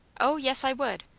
o yes, i would!